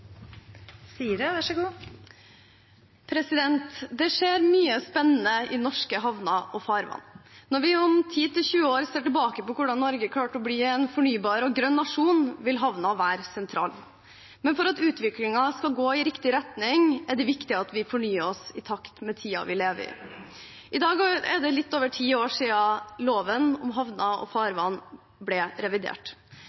Det skjer mye spennende i norske havner og farvann. Når vi om 10–20 år ser tilbake på hvordan Norge klarte å bli en fornybar og grønn nasjon, vil havnene være sentrale. Men for at utviklingen skal gå i riktig retning, er det viktig at vi fornyer oss i takt med tiden vi lever i. I dag er det litt over ti år siden loven om havner og